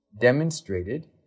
demonstrated